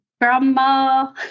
grandma